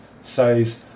says